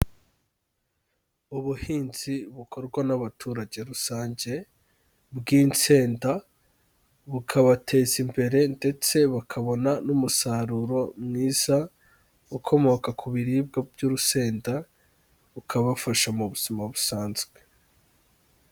Ubuhinzi bukorwa n'abaturage rusange bw'insenda, bukabateza imbere ndetse bakabona n'umusaruro mwiza ukomoka ku biribwa by'urusenda, ukabafasha mu buzima busanzwe.